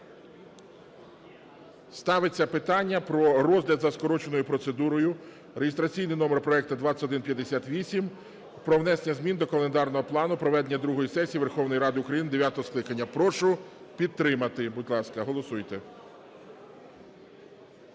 Ставиться питання про розгляд за скороченою процедурою (реєстраційний номер проекту 2158) про внесення змін до календарного плану проведення другої сесії Верховної Ради України дев'ятого скликання. Прошу підтримати. Будь ласка. Голосуйте.